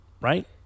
Right